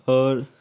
आओर